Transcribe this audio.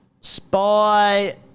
Spy